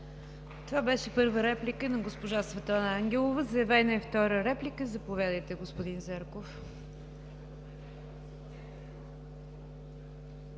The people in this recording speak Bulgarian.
Това беше първа реплика на госпожа Светлана Ангелова. Заявена е втора реплика – заповядайте, господин Зарков.